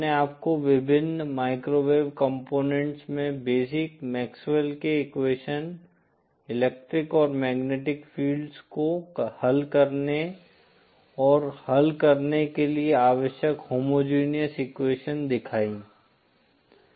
मैंने आपको विभिन्न माइक्रोवेव कंपोनेंट्स में बेसिक मैक्सवेल के एक्वेशन इलेक्ट्रिक और मैग्नेटिक फ़ील्ड्स को हल करने और हल करने के लिए आवश्यक होमोजेनियस एक्वेशन दिखायीं